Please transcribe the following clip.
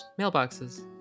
mailboxes